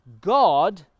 God